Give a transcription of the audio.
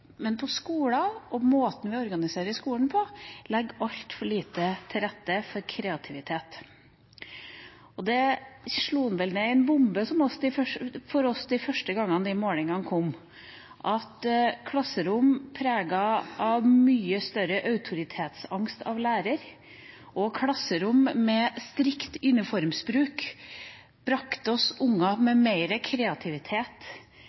men på skolen og måten vi organiserer skolen på, legger vi altfor lite til rette for kreativitet. Det slo ned som en bombe for oss da de første målingene kom som viste at klasserom preget av mye større autoritetsangst for læreren og klasserom med strikt uniformsbruk, brakte oss unger med mer kreativitet